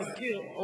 המזכיר,